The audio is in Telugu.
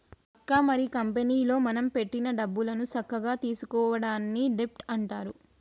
అక్క మరి కంపెనీలో మనం పెట్టిన పెట్టుబడులను సక్కగా తీసుకోవడాన్ని డెబ్ట్ అంటారు